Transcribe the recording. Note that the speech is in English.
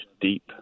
deep